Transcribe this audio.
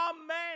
Amen